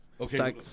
Okay